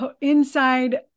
inside